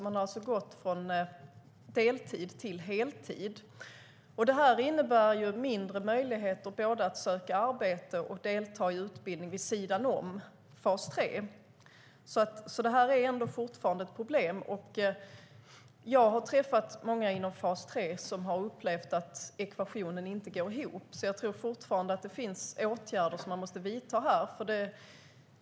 Man har alltså gått från deltid till heltid. Det innebär mindre möjligheter både till att söka arbete och till att delta i utbildning vid sidan om fas 3. Det är alltså fortfarande ett problem. Jag har träffat många inom fas 3 som har upplevt att ekvationen inte går ihop, så jag tror att det finns åtgärder man måste vidta.